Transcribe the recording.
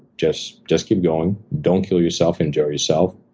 just just keep going. don't kill yourself. enjoy yourself.